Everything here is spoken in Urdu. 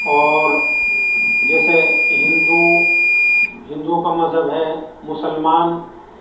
اور جیسے ہندو ہندوؤں کا مذہب ہے مسلمان